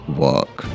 work